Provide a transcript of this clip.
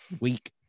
week